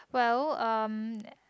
well um